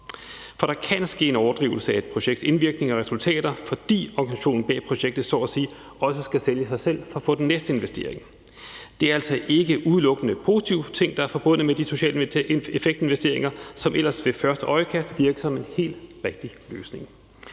For der kan ske en overdrivelse af et projekts indvirkning og resultater, fordi organisationen bag projektet så at sige også skal sælge sig selv for at få den næste investering. Det er altså ikke udelukkende positive ting, der er forbundet med social effekt-investeringer, som ellers ved første øjekast kan virke som en helt rigtig løsning.